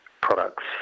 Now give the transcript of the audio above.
products